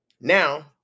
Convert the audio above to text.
Now